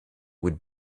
would